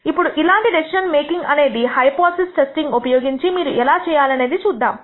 ఇప్పుడు ఇలాంటి decision making అనేది హైపోథిసిస్ టెస్టింగ్ ఉపయోగించి మీరు ఎలా చేయాలి అనేది చూద్దాం